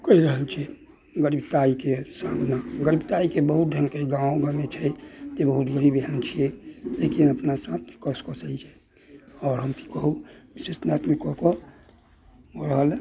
कहि रहल छियै गरीबताइके सभ गरीबताइके बहुत ढङ्गके गाँव घरमे छै जे बहुत गरीब एहन छियै जेकि अपना सत कऽ सही छै आओर हम की कहुँ विशेष बातमे कऽ कऽ आओर रहल